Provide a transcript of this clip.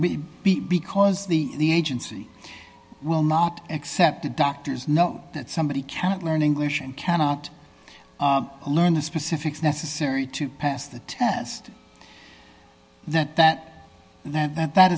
b because the the agency will not accept a doctor's note that somebody cannot learn english and cannot learn the specifics necessary to pass the test that that that that that